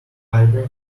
albert